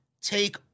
take